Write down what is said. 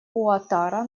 уаттара